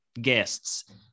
guests